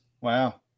Wow